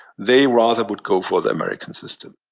they rather would go for the american system.